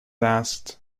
asked